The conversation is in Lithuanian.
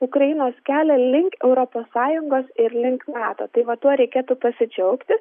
ukrainos kelią link europos sąjungos ir link nato tai va tuo reikėtų pasidžiaugti